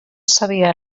sabia